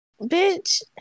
Bitch